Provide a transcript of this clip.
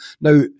Now